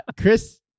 Chris